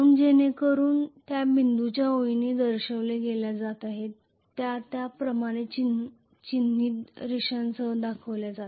जेणेकरून त्या बिंदूंच्या ओळींनी दर्शविल्या गेल्या त्या या प्रमाणे चिन्हित रेषांसह दर्शविल्या जातील